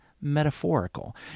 metaphorical